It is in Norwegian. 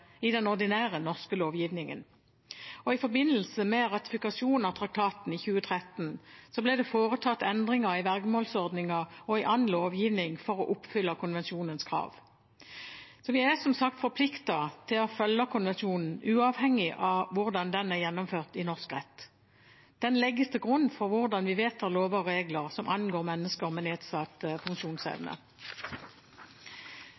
lovgivningen. I forbindelse med ratifikasjonen av traktaten i 2013 ble det foretatt endringer i vergemålsordningen og i annen lovgivning for å oppfylle konvensjonens krav. Så vi er som sagt forpliktet til å følge konvensjonen uavhengig av hvordan den er gjennomført i norsk rett. Den legges til grunn for hvordan vi vedtar lover og regler som angår mennesker med nedsatt